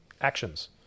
actions